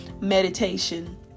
meditation